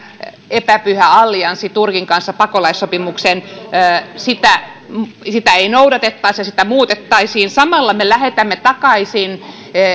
epäpyhää allianssia turkin kanssa pakolaissopimuksineen ei noudatettaisi ja sitä muutettaisiin samalla me lähetämme takaisin